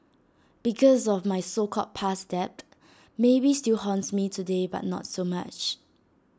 because of my so called past debt maybe still haunts me today but not so much